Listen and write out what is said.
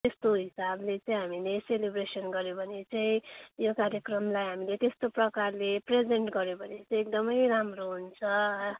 त्यस्तो हिसाबले चाहिँ हामी सेलिब्रेसन गऱ्यो भने चाहिँ यो कार्यक्रमलाई हामीले त्यस्तो प्रकारले प्रेजेन्ट गऱ्यो भने चाहिँ एकदमै राम्रो हुन्छ